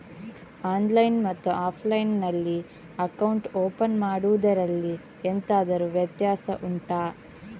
online ಮತ್ತು offline ನಲ್ಲಿ account open ಮಾಡುವುದರಲ್ಲಿ ಎಂತಾದರು ವ್ಯತ್ಯಾಸ ಉಂಟಾ